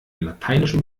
lateinischen